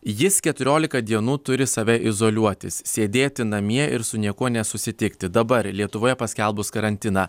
jis keturiolika dienų turi save izoliuotis sėdėti namie ir su niekuo nesusitikti dabar lietuvoje paskelbus karantiną